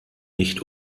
nicht